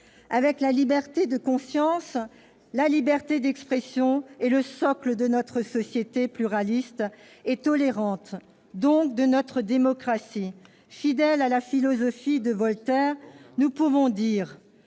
Avec la liberté de conscience, la liberté d'expression est le socle de notre société pluraliste et tolérante, donc de notre démocratie. Fidèles à la philosophie de Voltaire, nous pouvons dire